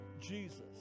Jesus